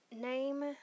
name